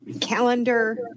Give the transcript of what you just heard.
calendar